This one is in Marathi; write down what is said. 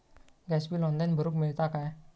गॅस बिल ऑनलाइन भरुक मिळता काय?